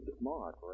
smart